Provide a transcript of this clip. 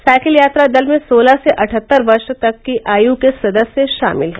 cycle यात्रा दल में सोलह से अठहत्तर वर्ष तक की आयु के सदस्य शामिल हैं